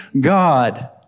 God